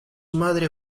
madre